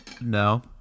no